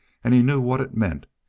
and he knew what it meant.